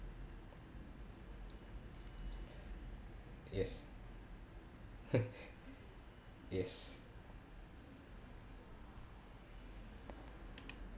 yes yes